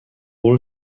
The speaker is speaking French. all